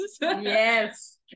Yes